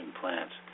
plants